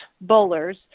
bowlers